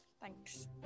Thanks